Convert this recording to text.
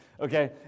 Okay